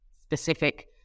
specific